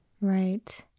Right